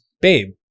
Babe